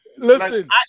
Listen